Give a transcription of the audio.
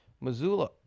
Missoula